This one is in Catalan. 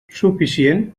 suficient